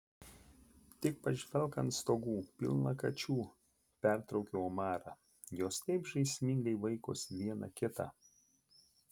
tik pažvelk ant stogų pilna kačių pertraukiau omarą jos taip žaismingai vaikosi viena kitą